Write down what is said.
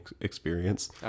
experience